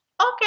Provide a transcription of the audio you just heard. okay